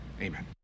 amen